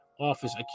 office